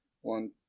One